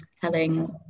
telling